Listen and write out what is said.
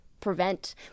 prevent